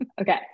Okay